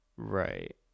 Right